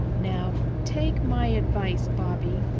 now take my advice, bobby,